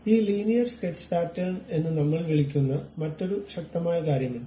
ഈ linear sketch pattern എന്ന് നമ്മൾ വിളിക്കുന്ന മറ്റൊരു ശക്തമായ കാര്യമുണ്ട്